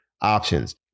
options